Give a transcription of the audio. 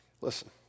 Listen